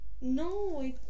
no